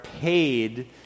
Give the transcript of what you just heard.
paid